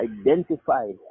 identify